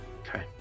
Okay